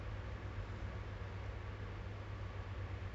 the macam for certain positions they will say macam um